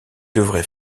devrait